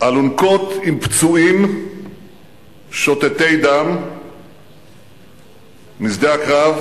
אלונקות עם פצועים שותתי דם משדה הקרב,